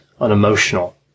unemotional